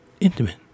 Intimate